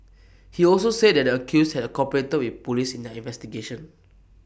he also said that the accused had cooperated with Police in their investigation